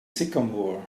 sycamore